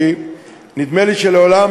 כי נדמה לי שמעולם,